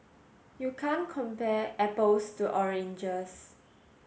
you can't compare apples to oranges